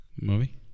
Movie